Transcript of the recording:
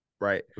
right